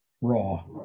raw